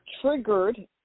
Triggered